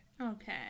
okay